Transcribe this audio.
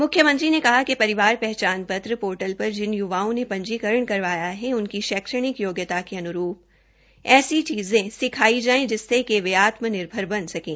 मुख्यमंत्री श्री मनोहर लाल ने कहा कि परिवार पहचान पत्र पोर्टल पर जिन य्वाओं ने पंजीकरण करवाया है उनकी शैक्षणिक योग्यता के अन्रूप ऐसी चीजें सिखाई जाएं जिससे कि वे आत्मनिर्भर बन सकें